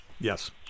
Yes